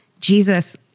Jesus